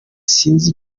sinzi